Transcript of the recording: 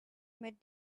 met